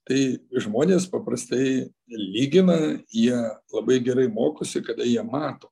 tai žmonės paprastai ir lygina jie labai gerai mokosi kada jie mato